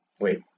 Wait